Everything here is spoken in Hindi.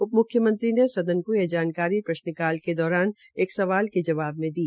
उप म्ख्यमंत्री ने सदन को ये जानकारी प्रश्काल के दौरान एक सवाल के जवाब में दी